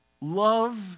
love